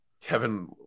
Kevin